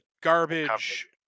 garbage